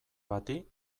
bati